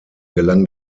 gelang